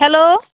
hello